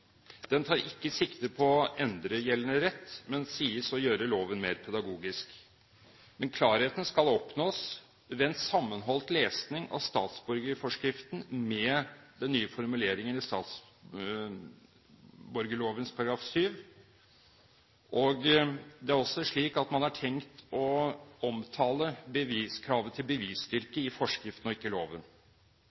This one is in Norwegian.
Den tar ikke sikte på å endre gjeldende rett, men sies å gjøre loven mer pedagogisk. Klarheten skal oppnås ved en sammenholdt lesing av statsborgerforskriften med den nye formuleringen i statsborgerloven § 7. Det er også slik at man har tenkt å omtale kravet til bevisstyrke i forskriften og ikke i loven.